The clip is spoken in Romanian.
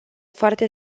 foarte